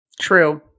True